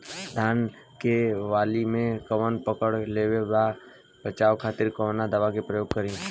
धान के वाली में कवक पकड़ लेले बा बचाव खातिर कोवन दावा के प्रयोग करी?